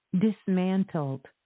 dismantled